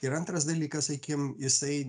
ir antras dalykas sakykim jisai